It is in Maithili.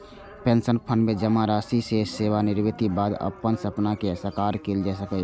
पेंशन फंड मे जमा राशि सं सेवानिवृत्तिक बाद अपन सपना कें साकार कैल जा सकैए